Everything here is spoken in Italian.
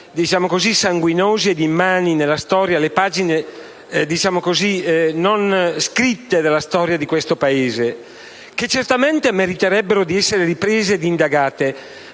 lutti così sanguinosi ed immani della storia: pagine non scritte della storia di questo Paese, che certamente meriterebbero di essere riprese e indagate,